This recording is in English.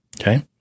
Okay